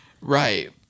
Right